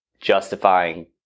justifying